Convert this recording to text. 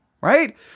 right